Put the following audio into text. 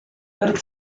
wrth